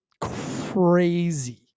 crazy